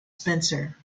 spencer